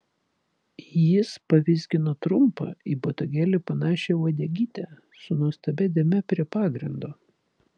jis pavizgino trumpą į botagėlį panašią uodegytę su nuostabia dėme prie pagrindo